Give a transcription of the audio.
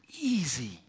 easy